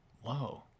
Whoa